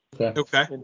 Okay